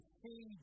see